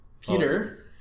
Peter